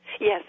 Yes